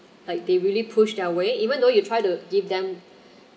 like they really pushed their way even though you try to give them